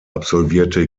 absolvierte